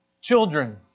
children